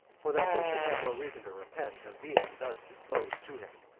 for that they should have no reason to repent of being thus disposed to him.